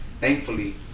thankfully